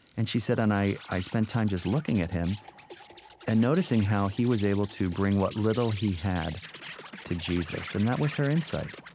and she said, and i i spent time just looking at him and noticing how he was able to bring what little he had to jesus. and that was her insight